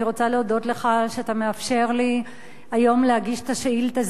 אני רוצה להודות לך על שאתה מאפשר לי היום להגיש את השאילתא,